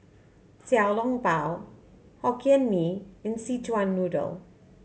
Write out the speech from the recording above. Xiao Long Bao Hokkien Mee and Szechuan Noodle